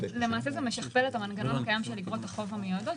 זה משכפל את המנגנון הקיים של אגרות החוב המיועדות,